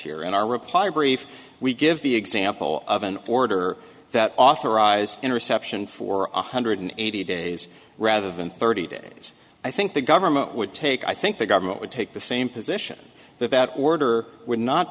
here in our reply brief we give the example of an order that authorize interception for one hundred eighty days rather than thirty days i think the government would take i think the government would take the same position that that order would not